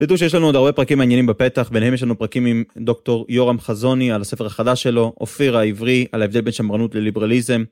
תדעו שיש לנו עוד הרבה פרקים עניינים בפתח, ביניהם יש לנו פרקים עם דוקטור יורם חזוני על הספר החדש שלו, אופיר העברי על ההבדל בין שמרנות לליברליזם.